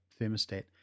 thermostat